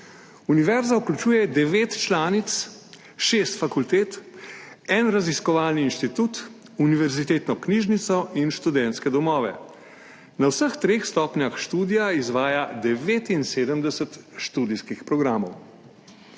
Univerza vključuje devet članic, šest fakultet, en raziskovalni inštitut, univerzitetno knjižnico in študentske domove. Na vseh treh stopnjah študija izvaja 79 študijskih programov.